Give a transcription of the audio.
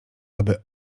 aby